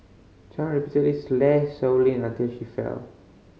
Chan repeatedly slashed Sow Lin until she fell